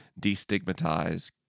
destigmatize